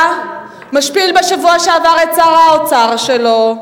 משפיל בשבוע שעבר את שר האוצר שלו,